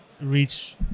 reach